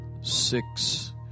six